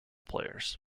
players